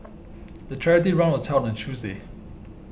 the charity run was held on a Tuesday